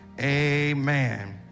Amen